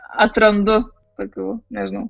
atrandu tokių nežinau